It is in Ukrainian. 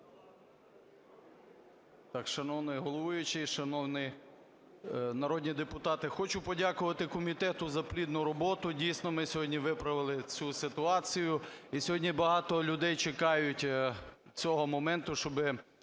М.М. Шановний головуючий, шановні народні депутати! Хочу подякувати комітету за плідну роботу. Дійсно, ми сьогодні виправили цю ситуацію і сьогодні багато людей чекають цього моменту, щоб